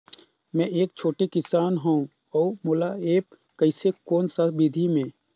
मै एक छोटे किसान हव अउ मोला एप्प कइसे कोन सा विधी मे?